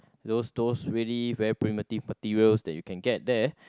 those those really very primitive materials that you can get there